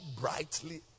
brightly